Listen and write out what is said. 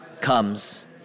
comes